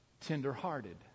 Tender-hearted